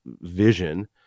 Vision